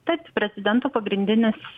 taip prezidento pagrindinis